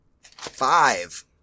five